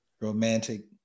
romantic